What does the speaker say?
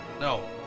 No